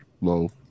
low